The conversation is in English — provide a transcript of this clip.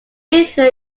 esther